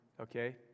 okay